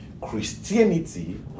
Christianity